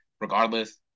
regardless